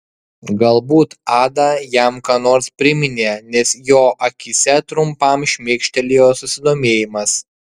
galbūt ada jam ką nors priminė nes jo akyse trumpam šmėkštelėjo susidomėjimas